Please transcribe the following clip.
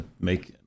make